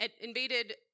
invaded